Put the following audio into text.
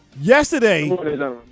yesterday